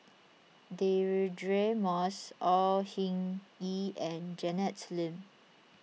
Deirdre Moss Au Hing Yee and Janet Lim